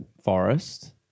Forest